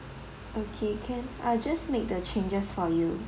okay can I'll just make the changes for you